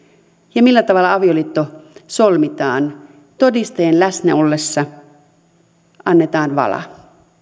ja millä tavalla avioliitto solmitaan todistajien läsnä ollessa annetaan vala